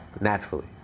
Naturally